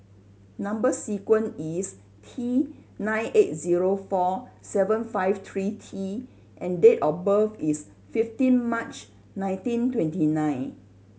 number sequence is T nine eight zero four seven five three T and date of birth is fifteen March nineteen twenty nine